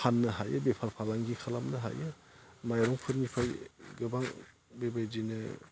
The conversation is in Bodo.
फाननो हायो बेफार फालांगि खालामनो हायो माइरंफोरनिफ्राय गोबां बेबायदिनो